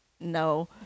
no